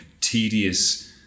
tedious